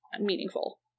meaningful